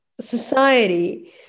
society